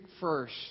first